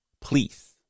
Please